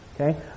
Okay